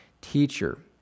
teacher